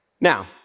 Now